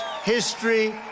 history